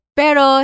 pero